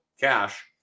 cash